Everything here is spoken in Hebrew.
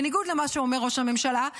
בניגוד למה שאומר ראש הממשלה,